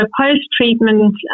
post-treatment